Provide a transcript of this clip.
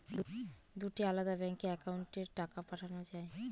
দুটি আলাদা ব্যাংকে অ্যাকাউন্টের টাকা পাঠানো য়ায়?